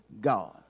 God